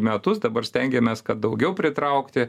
metus dabar stengiamės kad daugiau pritraukti